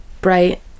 bright